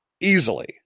easily